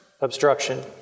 obstruction